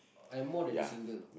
I am more than a single